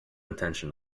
attention